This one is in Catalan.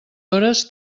hores